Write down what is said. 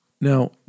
Now